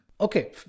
okay